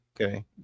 Okay